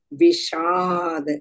Vishad